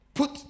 Put